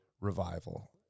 revival